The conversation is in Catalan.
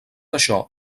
això